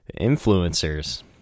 Influencers